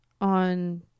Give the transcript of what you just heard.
On